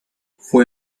fue